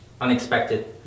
unexpected